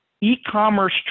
e-commerce